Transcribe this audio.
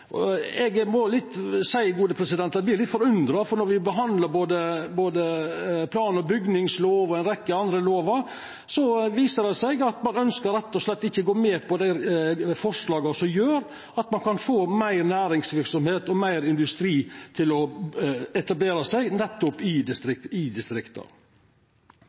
lite. Eg må seia eg vert litt forundra, for når me behandlar både plan- og bygningsloven og ei rekkje andre lovar, viser det seg at ein rett og slett ikkje ønskjer å gå med på dei forslaga som gjer at ein kan få meir næringsverksemd og meir industri til å etablera seg nettopp i distrikta.